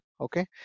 okay